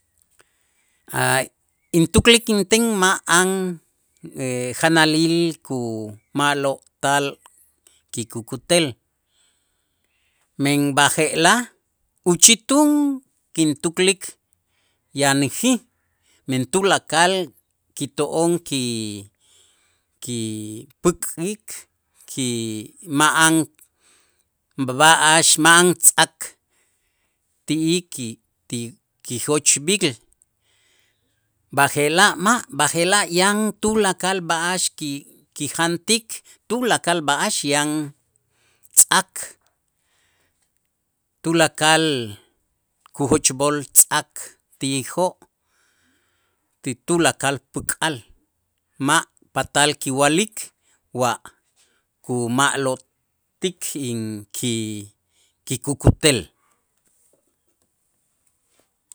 Intuklik inten ma'an janalil kuma'lo'tal kikutel, men b'aje'laj uchitun kintuklik yanäjij men tulakal kito'on ki- kipäk'ik ki ma'an ba- b'a'ax ma'an tz'ak ti ki ti kijochb'il b'aje'laj ma', b'aje'laj yan tulakal b'a'ax kijantik tulakal b'a'ax yan tz'ak tulakal kujochb'ol tz'ak ti'ijoo' ti tulakal päk'al ma' patal kiwa'lik wa' kuma'lo'tik in ki- kikukutel.